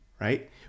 right